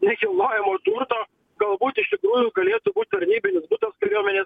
nekilnojamo turto galbūt iš tikrųjų galėtų būt tarnybinis butas kariuomenės